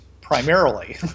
primarily